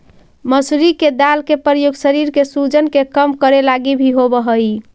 मसूरी के दाल के प्रयोग शरीर के सूजन के कम करे लागी भी होब हई